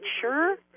sure